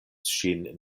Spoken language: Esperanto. ŝin